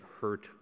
hurt